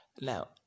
now